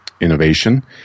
innovation